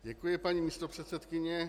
Děkuji, paní místopředsedkyně.